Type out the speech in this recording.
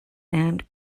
and